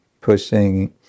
pushing